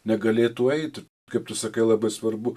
negalėtų eiti kaip tu sakai labai svarbu